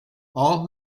all